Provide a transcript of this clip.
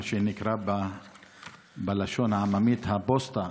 מה שנקרא בלשון העממית ה"פוסטה",